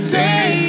day